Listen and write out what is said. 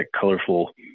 colorful